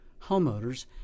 homeowners